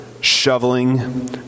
shoveling